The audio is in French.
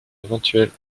éventuelle